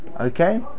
Okay